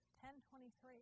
10.23